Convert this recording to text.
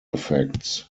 effects